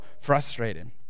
frustrated